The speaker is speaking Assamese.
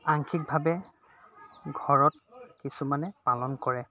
আংক্ষিকভাৱে ঘৰত কিছুমানে পালন কৰে